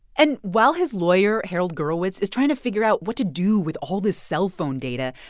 and while his lawyer, harold gurewitz, is trying to figure out what to do with all this cellphone data,